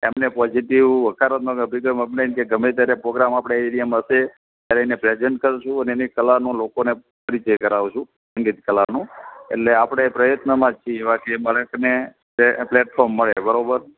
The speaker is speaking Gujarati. એમણે પોઝિટિવ હકારાત્મક અભિગમ અપનાવીને કે ગમે ત્યારે પોગ્રામ આપણા એરિયામાં હશે ત્યારે એને પ્રેઝન્ટ કરીશું અને એની કલાનો લોકોને પરિચય કરાવીશું સંગીત કલાનો એટલે આપણે પ્રયત્નમાં જ છીએ એવા કે બાળકને પ્લે અ પ્લેટફોર્મ મળે બરાબર